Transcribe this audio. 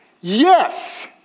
yes